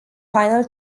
final